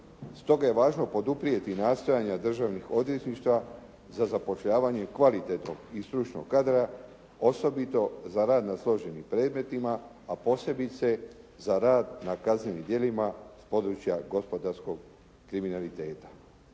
Stoga je važno poduprijeti nastojanje državnih odvjetništava za zapošljavanje kvalitetnog i stručnog kadra osobito za rad na složenim predmetima, a posebice za rad na kaznenim djelima s područja gospodarskog kriminaliteta.